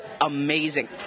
amazing